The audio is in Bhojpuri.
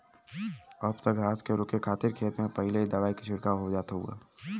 अब त घास के रोके खातिर खेत में पहिले ही दवाई के छिड़काव हो जात हउवे